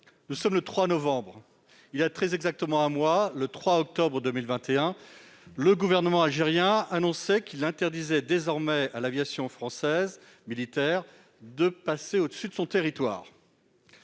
nous sommes le 3 novembre. Il y a très exactement un mois, le 3 octobre 2021, le gouvernement algérien annonçait qu'il interdisait désormais à l'aviation militaire française de survoler son territoire.